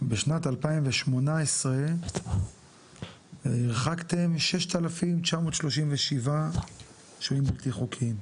בשנת 2018 הרחקתם 6,937 שוהים בלתי חוקיים?